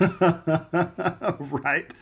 Right